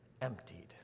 emptied